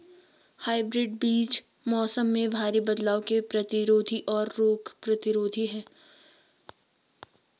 hybrid बीज मौसम में भारी बदलाव के प्रतिरोधी और रोग प्रतिरोधी हैं